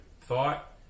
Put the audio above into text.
thought